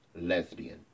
lesbian